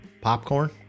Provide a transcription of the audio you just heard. popcorn